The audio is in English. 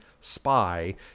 spy